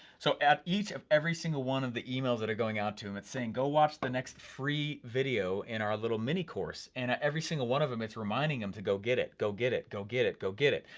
so, at each and every single one of the emails that are going out to em, it's saying, go watch the next free video in our little mini-course, and at every single one of em, it's reminding em to go get it, go get it, go get it, go get it.